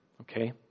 Okay